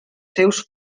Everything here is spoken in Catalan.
seus